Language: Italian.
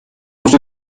primo